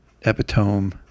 epitome